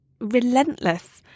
relentless